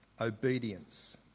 obedience